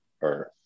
Earth